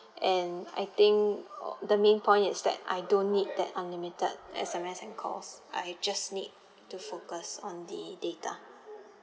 and I think al~ the main point is that I don't need that unlimited S_M_S and calls I just need to focus on the data